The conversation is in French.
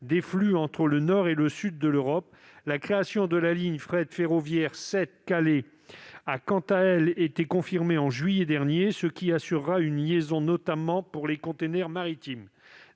des flux entre le nord et le sud de l'Europe. La création d'une ligne de fret ferroviaire entre Sète et Calais a, quant à elle, été confirmée en juillet dernier, ce qui assurera une liaison notamment pour les containers maritimes.